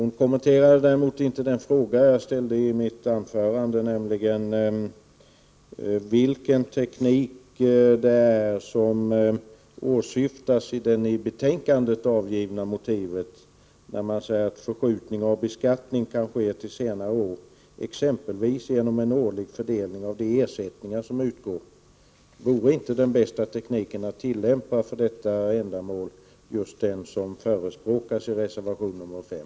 Hon kommenterade däremot inte den fråga jag ställde i mitt anförande om vilken teknik som åsyftas i det i betänkandet avgivna motivet. Man säger där att förskjutning av beskattning kan ske till senare år, exempelvis genom en årlig fördelning av de ersättningar som utgår. Vore inte den bästa tekniken att tillämpa för detta ändamål just den som förespråkas i reservation 5?